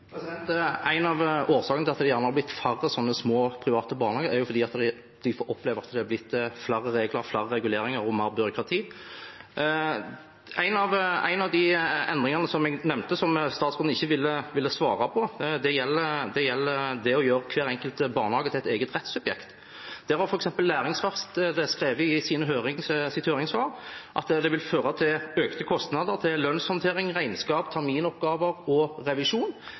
En av årsakene til at det har blitt færre små private barnehager, er at de opplever at det har blitt flere regler, flere reguleringer og mer byråkrati. En av de endringene jeg nevnte, som statsråden ikke ville svare på, gjelder det å gjøre hver enkelt barnehage til et eget rettssubjekt. Læringsverkstedet har f.eks. skrevet i sitt høringssvar at det vil føre til økte kostnader til lønnshåndtering, regnskap, terminoppgaver og revisjon.